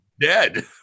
Dead